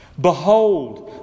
Behold